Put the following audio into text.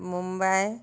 Mumbai